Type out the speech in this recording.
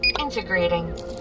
Integrating